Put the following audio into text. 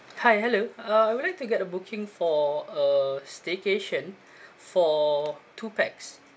hi hello uh I would like to get the booking for a staycation for two pax